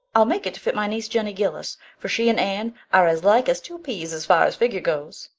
i'll make it to fit my niece, jenny gillis, for she and anne are as like as two peas as far as figure goes.